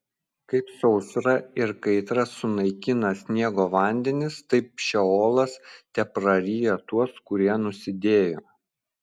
kaip sausra ir kaitra sunaikina sniego vandenis taip šeolas tepraryja tuos kurie nusidėjo